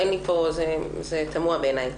זה תמוה בעיני.